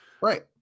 right